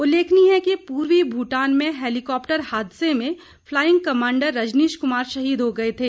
उल्लेखनीय है कि पूर्वी भूटान में हैलिकॉप्टर हादसे में फ्लाइंग कमांडर रजनीश कुमार शहीद हो गए थे